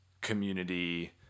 community